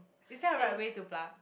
is there a right way to pluck